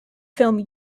film